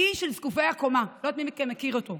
"אי זקופי הקומה"; לא יודעת מי מכם מכיר אותו.